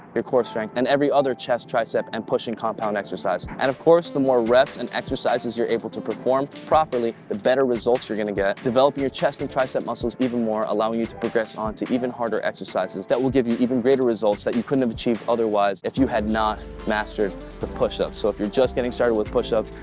your core strength and every other chest, tricep, and pushing compound exercise. and of course the more reps and exercises you're able to perform properly, the better results you're gonna get. develop your chest and tricep muscles even more, allowing you to progress on to even harder exercises that will give you even greater results that you couldn't have achieved otherwise if you had not mastered push up. so if you're just getting started with push ups,